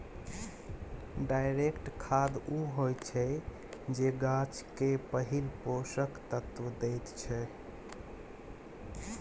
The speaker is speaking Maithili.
डायरेक्ट खाद उ होइ छै जे गाछ केँ पहिल पोषक तत्व दैत छै